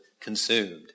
consumed